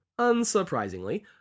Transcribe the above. Unsurprisingly